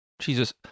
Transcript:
Jesus